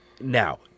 Now